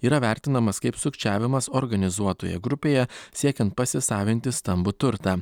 yra vertinamas kaip sukčiavimas organizuotoje grupėje siekiant pasisavinti stambų turtą